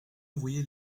envoyer